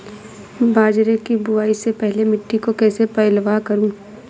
बाजरे की बुआई से पहले मिट्टी को कैसे पलेवा करूं?